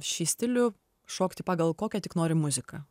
šį stilių šokti pagal kokią tik nori muziką